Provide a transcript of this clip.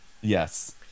Yes